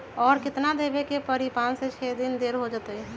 और केतना देब के परी पाँच से छे दिन देर हो जाई त?